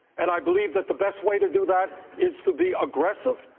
and i believe that the best way to do that is to be aggressive,